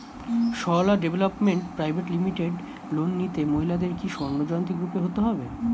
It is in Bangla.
Sarala development private limited loan নিতে মহিলাদের কি স্বর্ণ জয়ন্তী গ্রুপে হতে হবে?